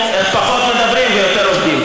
איך פחות מדברים ויותר עובדים.